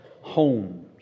homes